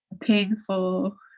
painful